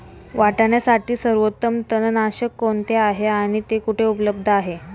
वाटाण्यासाठी सर्वोत्तम तणनाशक कोणते आहे आणि ते कुठे उपलब्ध आहे?